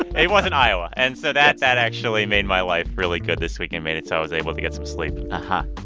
ah it wasn't iowa. and so that that actually made my life really good this week. it and made it so i was able to get some sleep and